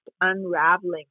unraveling